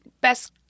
Best